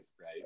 right